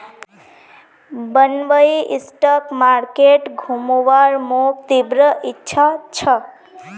Bombay stock market घुमवार मोर तीव्र इच्छा छ